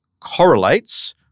correlates